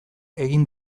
egin